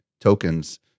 tokens